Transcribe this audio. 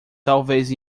talvez